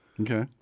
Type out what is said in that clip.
Okay